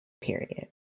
period